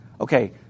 Okay